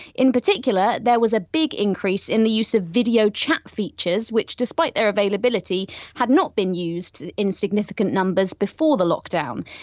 in particular, there was a big increase in the use of video chat features, which despite their availability had not been used in significant numbers before the lockdown.